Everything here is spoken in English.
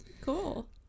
Cool